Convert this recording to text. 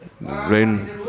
rain